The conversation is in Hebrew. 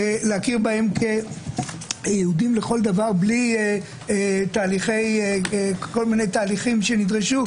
להכיר בהם כיהודים לכל דבר בלי כל מיני תהליכים שנדרשו,